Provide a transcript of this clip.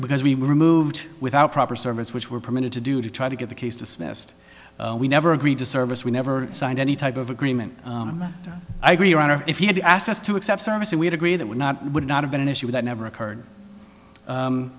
because we were removed without proper service which were permitted to do to try to get the case dismissed we never agreed to service we never signed any type of agreement i agree your honor if he had asked us to accept service and we'd agree that would not would not have been an issue that never occurred